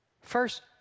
First